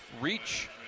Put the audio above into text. reach